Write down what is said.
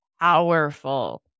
Powerful